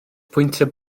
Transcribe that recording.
pwyntiau